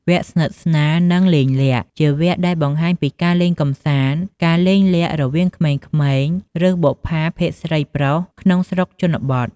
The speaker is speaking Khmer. វគ្គស្និទ្ធស្នាល និងលេងលាក់ជាវគ្គដែលបង្ហាញពីការលេងកំសាន្ត ការលេងលាក់រវាងក្មេងៗ ឬបុប្ផាភេទស្រី-ប្រុស ក្នុងស្រុកជនបទ។